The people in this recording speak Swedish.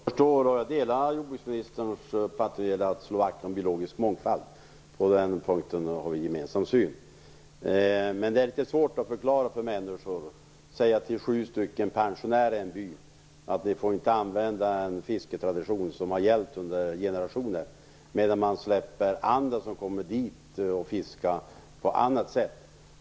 Fru talman! Jag förstår och delar jordbruksministerns uppfattning när det gäller att slå vakt om biologisk mångfald. På den punkten har vi en gemensam syn. Men det är svårt att förklara detta för människor, och säga till sju pensionärer i en by att de inte får använda en fisketradition som gällt under generationer medan man släpper dit andra som kommer och fiskar på annat sätt.